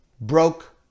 broke